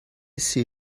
سیر